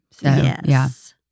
Yes